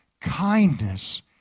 Kindness